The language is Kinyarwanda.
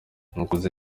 nakoze